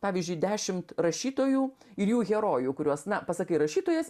pavyzdžiui dešimt rašytojų ir jų herojų kuriuos na pasakai rašytojas